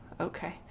Okay